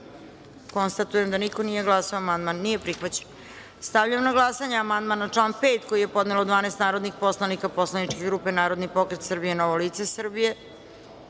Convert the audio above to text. konstatujem da niko nije glasao. Amandman nije prihvaćen. Stavljam na glasanje amandman na član 3. koji je podnelo 12 narodnih poslanika poslaničke grupe Narodni pokret Srbije – Novo lice Srbije. Molim